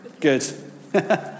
Good